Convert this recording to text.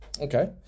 Okay